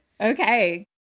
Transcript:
okay